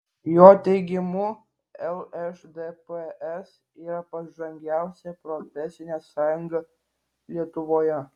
jo teigimu lšdps yra pažangiausia profesinė sąjunga lietuvoje